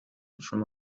from